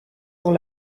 dans